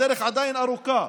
הדרך עדיין ארוכה.